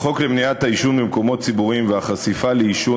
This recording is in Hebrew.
החוק למניעת העישון במקומות ציבוריים והחשיפה לעישון,